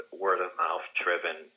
word-of-mouth-driven